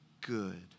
good